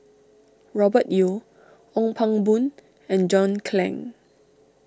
Robert Yeo Ong Pang Boon and John Clang